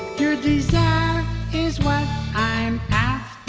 your desire is what i'm ah